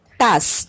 task